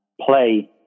play